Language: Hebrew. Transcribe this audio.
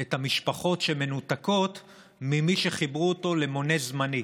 את המשפחות המנותקות ממי שחיברו אותם למונה זמני,